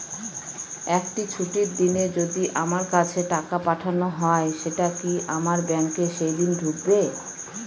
একটি ছুটির দিনে যদি আমার কাছে টাকা পাঠানো হয় সেটা কি আমার ব্যাংকে সেইদিন ঢুকবে?